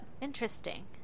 interesting